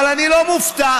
אבל אני לא מופתע,